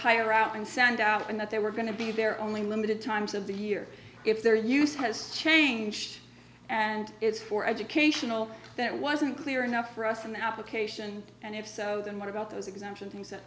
hire out and send out and that they were going to be there only limited times of the year if their use has changed and it's for educational that wasn't clear enough for us in the application and if so then what about those exams and things